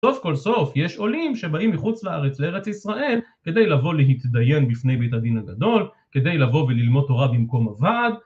סוף כל סוף יש עולים שבאים מחוץ לארץ לארץ ישראל כדי לבוא להתדיין בפני בית הדין הגדול כדי לבוא וללמוד תורה במקום אבל